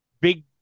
big